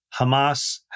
Hamas